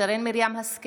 שרן מרים השכל,